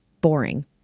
boring